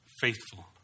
faithful